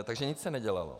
Takže nic se nedělalo.